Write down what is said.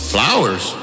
Flowers